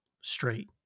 straight